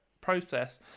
process